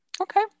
Okay